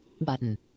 button